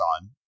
on